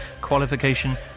qualification